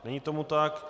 Není tomu tak.